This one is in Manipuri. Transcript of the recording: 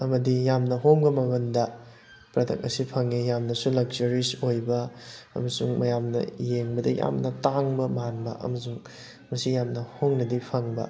ꯑꯃꯗꯤ ꯌꯥꯝꯅ ꯍꯣꯡꯕ ꯃꯃꯜꯗ ꯄ꯭ꯔꯗꯛ ꯑꯁꯤ ꯐꯪꯉꯤ ꯌꯥꯝꯅꯁꯨ ꯂꯛꯖꯔꯤꯁ ꯑꯣꯏꯕ ꯑꯃꯁꯨꯡ ꯃꯌꯥꯝꯅ ꯌꯦꯡꯕꯗ ꯌꯥꯝꯅ ꯇꯥꯡꯕ ꯃꯥꯟꯕ ꯑꯃꯁꯨꯡ ꯃꯁꯤ ꯌꯥꯝꯅ ꯍꯣꯡꯅꯗꯤ ꯐꯪꯕ